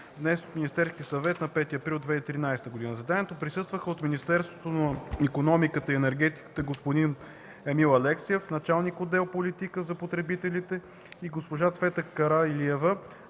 внесен от Министерски съвет на 5 ноември 2013 г. На заседанието присъстваха: от Министерството на икономиката и енергетиката господин Емил Алексиев – началник отдел „Политика за потребителите”, и госпожа Цвета Караилиева